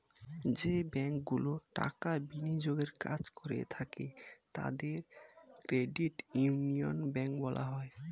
যে ব্যাঙ্কগুলি টাকা বিনিয়োগের কাজ করে থাকে তাদের ক্রেডিট ইউনিয়ন ব্যাঙ্ক বলা হয়